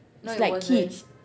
it's like kids